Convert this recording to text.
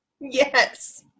Yes